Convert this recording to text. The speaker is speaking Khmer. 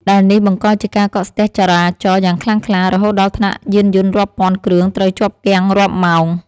ដែលនេះ បង្កជាការកកស្ទះចរាចរណ៍យ៉ាងខ្លាំងក្លា រហូតដល់ថ្នាក់យានយន្តរាប់ពាន់គ្រឿងត្រូវជាប់គាំងរាប់ម៉ោង។